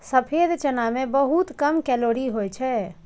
सफेद चना मे बहुत कम कैलोरी होइ छै